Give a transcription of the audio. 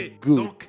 good